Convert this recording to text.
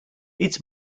it’s